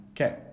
Okay